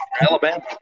Alabama